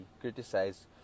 criticized